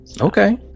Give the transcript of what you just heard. okay